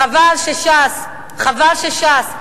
חבל שש"ס,